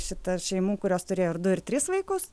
šita šeimų kurios turėjo du ir tris vaikus